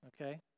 okay